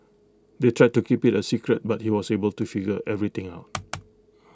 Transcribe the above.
they tried to keep IT A secret but he was able to figure everything out